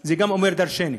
זה גם אומר דורשני.